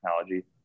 technology